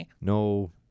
No